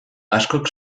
askok